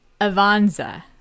Avanza